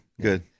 good